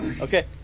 Okay